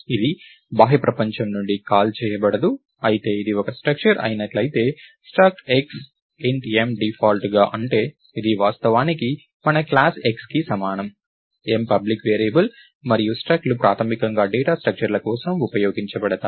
ఇది బాహ్య ప్రపంచం నుండి కాల్ చేయబడదు అయితే ఇది ఒక స్ట్రక్చర్ అయినట్లయితే struct X int m డిఫాల్ట్గా అంటే ఇది వాస్తవానికి మన క్లాస్ xకి సమానం m పబ్లిక్ వేరియబుల్ మరియు స్ట్రక్లు ప్రాథమికంగా డేటా స్ట్రక్చర్ల కోసం ఉపయోగించబడతాయి